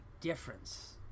difference